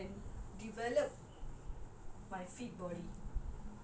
ya because my fit body I can develop